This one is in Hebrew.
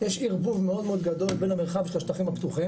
יש ערבוב מאוד מאוד גדול בין המרחב של השטחים הפתוחים